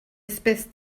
espèce